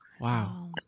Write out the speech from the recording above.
Wow